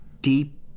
deep